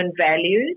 values